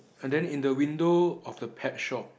and then in the window of the pet shop